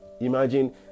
imagine